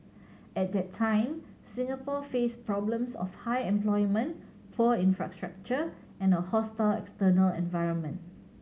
at that time Singapore faced problems of high unemployment poor infrastructure and a hostile external environment